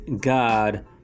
God